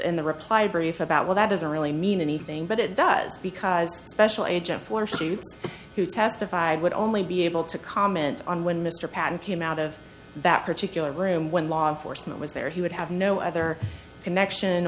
in the reply brief about well that doesn't really mean anything but it does because special agent for shoot who testified would only be able to comment on when mr patten came out of that particular room when law enforcement was there he would have no other connection